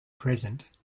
present